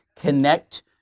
connect